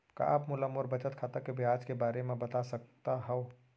का आप मोला मोर बचत खाता के ब्याज के बारे म बता सकता हव?